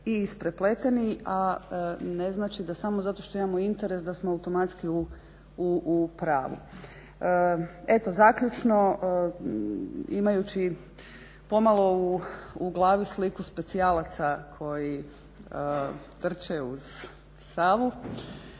i isprepleteni, a ne znači da samo zato što imamo interes da smo automatski u pravu. Eto zaključno, imajući pomalo u glavi sliku specijalaca koji trče uz Savu,